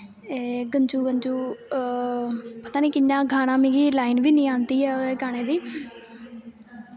गंजू गंजू पता निं कि'यां ऐ गाना मिगी लाइन बी निं आंदी ऐ गाने दी